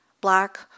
Black